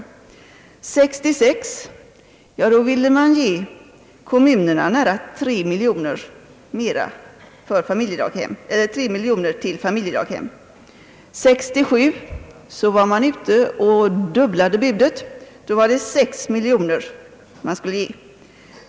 År 1966 ville man ge kommunerna nära 3 miljoner kronor till familjedaghemmen. år 1967 dubblade man budet; då var det 6 miljoner kronor som man skulle ge.